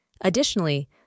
Additionally